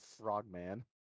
Frogman